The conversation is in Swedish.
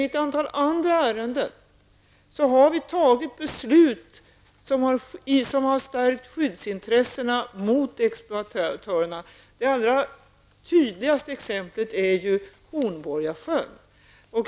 I ett antal andra ärenden har vi tagit beslut som har stärkt skyddsintressena mot exploatörerna. Det allra tydligaste exemplet är Hornborgasjön.